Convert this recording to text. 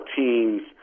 teams